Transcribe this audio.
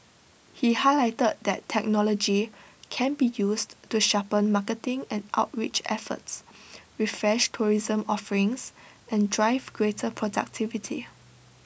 he highlighted that technology can be used to sharpen marketing and outreach efforts refresh tourism offerings and drive greater productivity